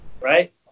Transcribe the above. right